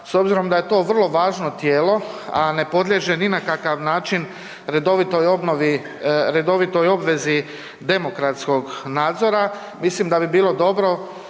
s obzirom da je to vrlo važno tijelo, a ne podliježe ni na kakav način redovitoj obvezi demokratskog nadzora, mislim da bi bilo dobro